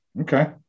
Okay